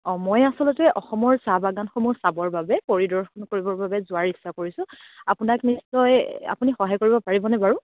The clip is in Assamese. অ' মই আছলতে অসমৰ চাহ বাগানসমূহ চাবৰ বাবে পৰিদৰ্শন কৰিবৰ বাবে যোৱাৰ ইচ্ছা কৰিছোঁ আপোনাক নিশ্চয় আপুনি সহায় কৰিব পাৰিবনে বাৰু